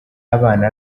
abana